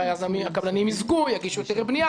הקבלנים יזכו ויגישו היתרי בנייה.